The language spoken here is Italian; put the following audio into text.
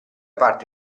parte